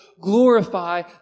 glorify